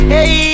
Hey